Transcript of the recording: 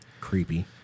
Creepy